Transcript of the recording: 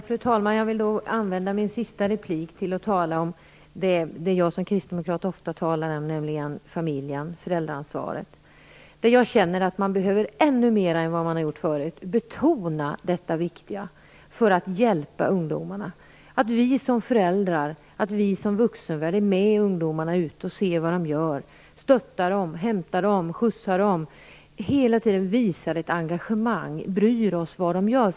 Fru talman! Jag vill använda mitt sista inlägg till att tala om det som jag som kristdemokrat ofta talar om, nämligen familjen och föräldraansvaret. Jag känner att man i ännu högre grad än tidigare behöver betona denna viktiga aspekt för att hjälpa ungdomarna. Vi som föräldrar och vuxna måste vara med ungdomarna och se vad de gör. Vi måste stötta dem, hämta dem och skjutsa dem och hela tiden visa ett engagemang, och att vi bryr oss om vad de gör.